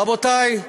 רבותי,